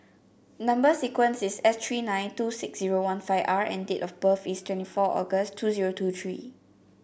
number sequence is S three nine two six zero one five R and date of birth is twenty four August two zero two three